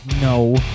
No